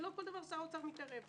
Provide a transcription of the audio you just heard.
ולא כל דבר שר האוצר מתערב.